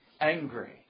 angry